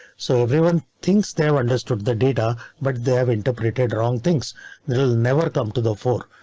so everyone thinks they understood the data, but they have interpreted wrong things that will never come to the fore.